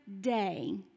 day